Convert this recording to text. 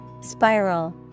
Spiral